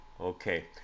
Okay